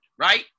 right